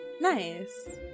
Nice